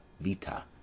vita